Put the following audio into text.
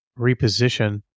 reposition